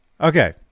Okay